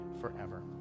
forever